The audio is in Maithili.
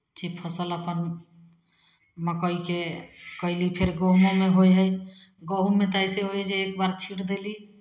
छी फसल अपन मक्कइके कयली फेर गहूमोमे होइ हइ गहूममे तऽ अइसे होइ हइ जे एक बार छीँट देली